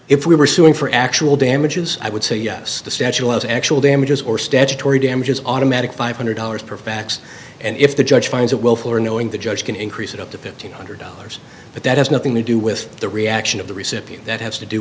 if we were suing for actual damages i would say yes the statue of actual damages or statutory damages automatic five hundred dollars per fax and if the judge finds it willful or knowing the judge can increase it up to fifteen hundred dollars but that has nothing to do with the reaction of the recipient that has to do